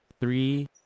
three